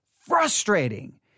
frustrating